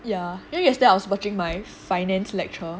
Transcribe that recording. ya you know yesterday I was watching my finance lecture